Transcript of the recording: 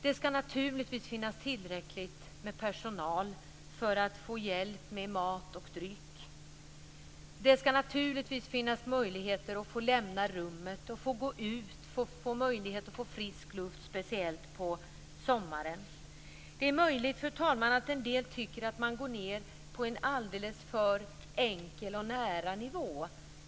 Det skall naturligtvis finnas tillräckligt med personal för att få hjälp med mat och dryck. Det skall naturligtvis finnas möjligheter att få lämna rummet och gå ut och få möjlighet att få frisk luft, speciellt på sommaren. Fru talman! Det är möjligt att en del tycker att jag går ned på en alldeles för enkel och nära nivå.